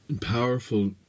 powerful